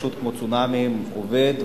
פשוט כמו צונאמי עובד,